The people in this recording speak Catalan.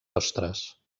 ostres